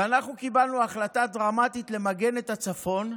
ואנחנו קיבלנו החלטה דרמטית למגן את הצפון.